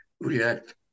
react